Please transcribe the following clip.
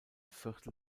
viertel